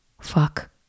fuck